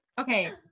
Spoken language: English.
Okay